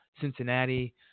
Cincinnati